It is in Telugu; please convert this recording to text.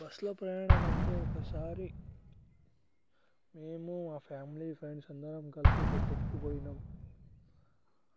బస్సులో ప్రయాణం అంటే ఒకసారి మేము మా ఫ్యామిలీ ఫ్రెండ్స్ అందరం కలిసి ఒక ట్రిప్పుకు పోయినాం